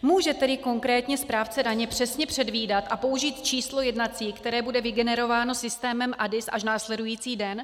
Může tedy konkrétně správce daně přesně předvídat a použít číslo jednací, které bude vygenerováno systémem ADIS až následující den?